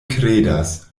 kredas